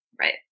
right